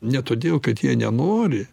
ne todėl kad jie nenori